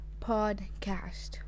podcast